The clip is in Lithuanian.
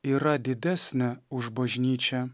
yra didesnė už bažnyčią